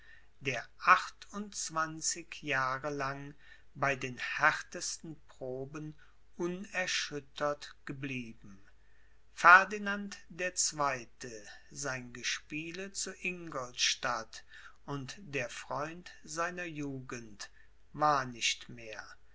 der achtundzwanzig jahre lang bei den härtesten proben unerschüttert geblieben ferdinand der zweite sein gespiele zu ingolstadt und der freund seiner jugend war nicht mehr